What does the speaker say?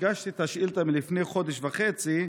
הגשתי את השאילתה לפני חודש וחצי,